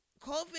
COVID